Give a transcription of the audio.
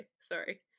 sorry